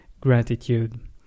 gratitude